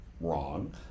wrong